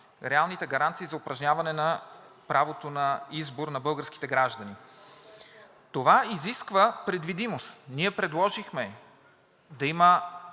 реалните гаранции за упражняване на правото на избор на българските граждани. Това изисква предвидимост. Ние предложихме да има